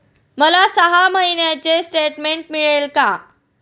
मला सहा महिन्यांचे स्टेटमेंट मिळेल का?